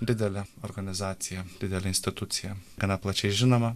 didelė organizacija didelė institucija gana plačiai žinoma